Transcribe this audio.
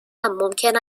ممکن